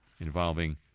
involving